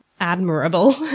admirable